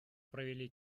провели